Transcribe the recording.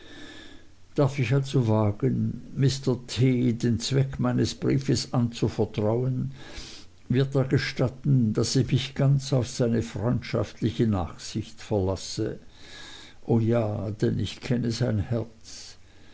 darf ich also wagen mr t den zweck meines briefs anzuvertrauen wird er gestatten daß ich mich ganz auf seine freundschaftliche nachsicht verlasse o ja denn ich kenne sein herz